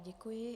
Děkuji.